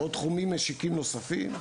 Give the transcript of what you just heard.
ועוד תחומים משיקים נוספים,